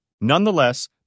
Nonetheless